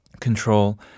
control